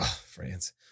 France